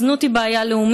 אזמין לדוכן את שר העבודה,